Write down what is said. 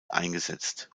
eingesetzt